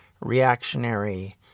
reactionary